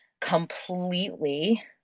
Completely